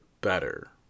better